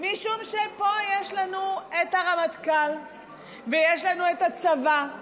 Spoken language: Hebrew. משום שפה יש לנו את הרמטכ"ל ויש לנו את הצבא,